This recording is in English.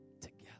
together